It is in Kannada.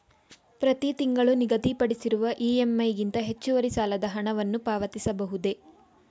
ಪ್ರತಿ ತಿಂಗಳು ನಿಗದಿಪಡಿಸಿರುವ ಇ.ಎಂ.ಐ ಗಿಂತ ಹೆಚ್ಚುವರಿ ಸಾಲದ ಹಣವನ್ನು ಪಾವತಿಸಬಹುದೇ?